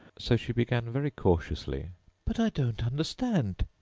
so she began very cautiously but i don't understand.